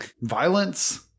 violence